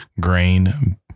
grain